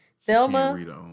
Thelma